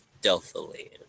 stealthily